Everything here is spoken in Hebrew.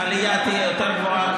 יכול להיות שהעלייה תהיה יותר גבוהה,